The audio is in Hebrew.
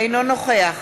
אינו נוכח